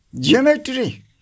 geometry